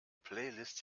playlist